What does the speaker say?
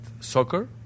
soccer